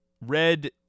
Red